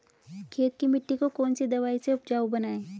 खेत की मिटी को कौन सी दवाई से उपजाऊ बनायें?